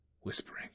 whispering